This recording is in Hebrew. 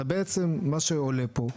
בעצם מה שעולה פה,